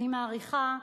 אני מעריכה,